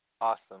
Awesome